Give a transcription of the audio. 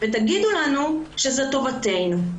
ותגידו לנו שזו טובתנו.